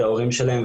אלה ההורים שלהם.